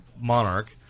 Monarch